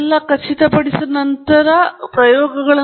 ಮೂಲಭೂತವಾಗಿ ನಾನು ಸ್ಥಳೀಯ ಅವಕಾಶ ಬದಲಾವಣೆಯನ್ನು ಗೊಂದಲಗೊಳಿಸಲು ಪ್ರಾರಂಭಿಸಿದಾಗ